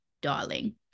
darling